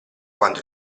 quando